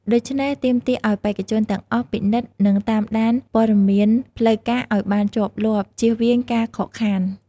ដូច្នេះហើយ ទាមទារឲ្យបេក្ខជនទាំងអស់ពិនិត្យ និងតាមដានព័ត៌មានផ្លូវការឲ្យបានជាប់លាប់ ជៀសវាងការខកខាន។